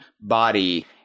body